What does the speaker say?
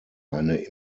eine